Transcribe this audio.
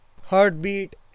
heartbeat